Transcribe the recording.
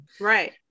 Right